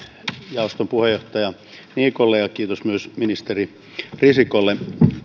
jaoston puheenjohtaja niikolle ja kiitos myös ministeri risikolle